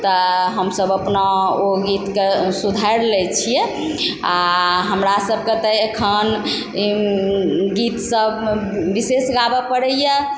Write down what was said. तऽ हमसभ अपना ओ गीतके सुधारि लै छियै आओर हमरा सबके तऽ एखन गीत सब विशेष गाबऽ पड़इए